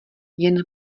jen